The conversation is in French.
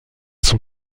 son